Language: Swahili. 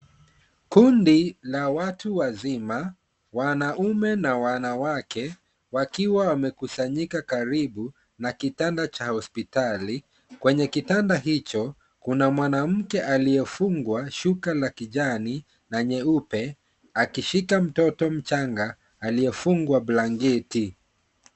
Kundi la watu wazima, wanaume na wanawake, wakiwa wamekusanyika karibu na kitanda cha hospitali. Kwenye kitanda hicho, kuna mwanamke aliyefungwa shuka la kijani na nyeupe akishika mtoto mchanga aliyefungwa blanketi.